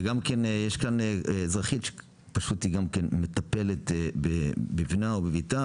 ויש כאן אזרחית שהיא פשוט גם מטפלת בבנה או בבתה